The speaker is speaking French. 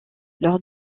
lors